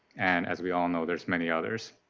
and as we all know, there are many others.